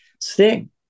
Sting